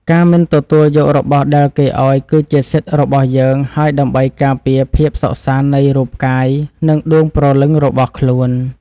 ការមិនទទួលយករបស់ដែលគេឱ្យគឺជាសិទ្ធិរបស់យើង ហើយដើម្បីការពារភាពសុខសាន្តនៃរូបកាយនិងដួងព្រលឹងរបស់ខ្លួន។